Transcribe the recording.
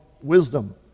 wisdom